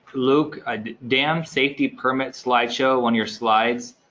luke, dam safety permits slideshow on your slides,